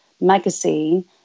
magazine